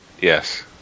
yes